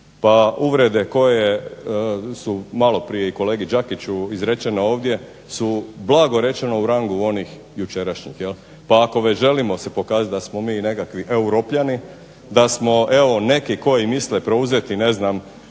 Pa uvrede koje su i malo prije kolegi Đakiću izrečene ovdje su blago rečeno u rangu onih jučerašnjih, jel. Pa ako želimo se pokazati da smo mi nekakvi europljani, da smo evo neki koji misle preuzeti